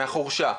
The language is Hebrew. מהחורשה.